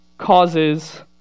causes